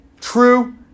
true